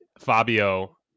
Fabio